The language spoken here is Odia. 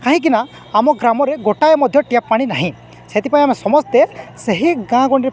କାହିଁକିନା ଆମ ଗ୍ରାମରେ ଗୋଟାଏ ମଧ୍ୟ ଟ୍ୟାପ୍ ପାଣି ନାହିଁ ସେଥିପାଇଁ ଆମେ ସମସ୍ତେ ସେହି ଗାଁ ଗୁଡି